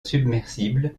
submersible